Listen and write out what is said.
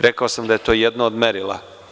Rekao sam da je to jedno od merila.